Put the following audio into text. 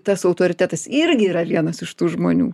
tas autoritetas irgi yra vienas iš tų žmonių